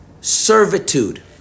servitude